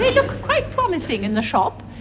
look quite promising in the shop,